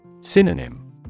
Synonym